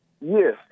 Yes